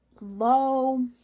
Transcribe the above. low